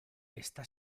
está